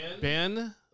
Ben